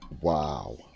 Wow